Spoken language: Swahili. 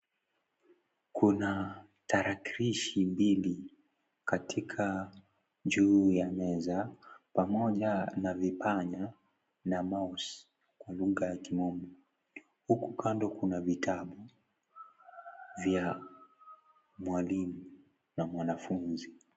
Kuna tarakilishi mbili katika juu ya meza, pamoja na vipanya na mouse kwa lugha ya kimombo. Huku kando kuna vitabu vya mwalimu na mwanafuzi.